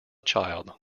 child